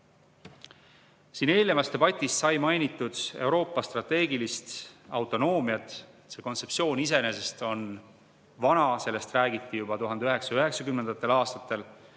Siin eelnevas debatis sai mainitud Euroopa strateegilist autonoomiat. See kontseptsioon iseenesest on vana, sellest räägiti juba 1990. aastatel,